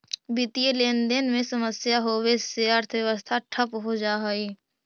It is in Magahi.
वित्तीय लेनदेन में समस्या होवे से अर्थव्यवस्था ठप हो जा हई